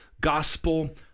gospel